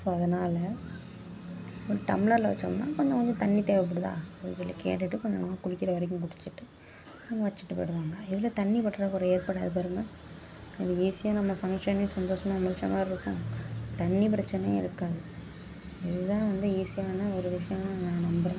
so அதனால் ஒரு டம்ளரில் வைச்சோம்னா கொஞ்சம் தண்ணி தேவைபடுதா அவங்களை கேட்டுட்டு கொஞ்சம் குடிக்கிற வரைக்கும் குடித்திட்டு வச்சுட்டு போய்டுவாங்க இதில் தண்ணி பற்றாக்குறை ஏற்படாது பாருங்கள் ஈஸியாக நம்ம ஃபங்க்ஷனையும் சந்தோஷமா முடிச்சால் மாதிரி இருக்கும் தண்ணி பிரச்சனையும் இருக்காது இதுதான் வந்து ஈஸியான ஒரு விஷயமாக நான் நம்புகிறேன்